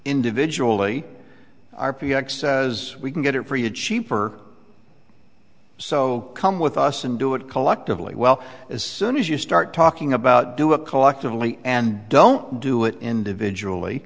individually r p x says we can get it for you cheaper so come with us and do it collectively well as soon as you start talking about do it collectively and don't do it individually